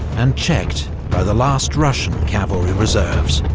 and checked by the last russian cavalry reserves.